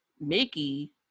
Mickey